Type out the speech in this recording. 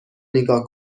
نیگا